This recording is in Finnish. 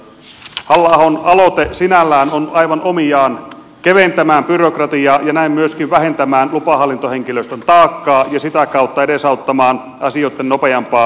halla ahon aloite sinällään on aivan omiaan keventämään byrokratiaa ja näin myöskin vähentämään lupahallintohenkilöstön taakkaa ja sitä kautta edesauttamaan asioitten nopeampaa juoksuttamista